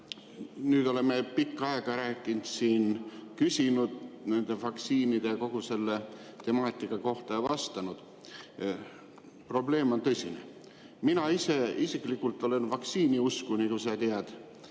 Nüüd oleme pikka aega rääkinud siin, küsinud nende vaktsiinide ja kogu selle temaatika kohta ja vastanud. Probleem on tõsine. Mina ise isiklikult olen vaktsiiniusku, nagu sa tead,